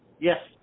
Yes